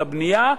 לבנייה,